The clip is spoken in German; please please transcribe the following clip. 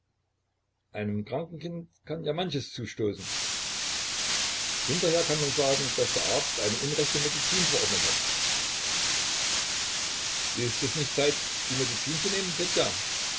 einem kranken kind kann ja manches zustoßen hinterher kann man sagen daß der arzt eine unrechte medizin verordnet hat ist es nicht zeit die medizin zu nehmen fedja